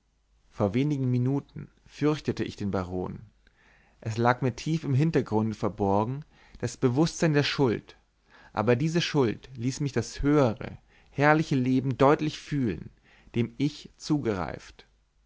vor wenigen minuten fürchtete ich den baron es lag in mir tief im hintergrunde verborgen das bewußtsein der schuld aber diese schuld ließ mich das höhere herrliche leben deutlich fühlen dem ich zugereift